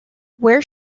where